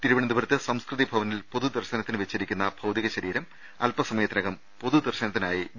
തിരുവനന്തപുരത്ത് സംസ്കൃതി ഭവനിൽ പൊതുദർശനത്തിന് വെച്ചിരിക്കുന്ന ഭൌതിക ശരീരം അൽപസമയ ത്തിനകം പൊതുദർശനത്തിനായി പി